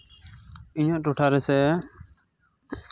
ᱤᱧᱟᱹᱜ ᱴᱚᱴᱷᱟ ᱨᱮᱥᱮ